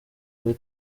kuri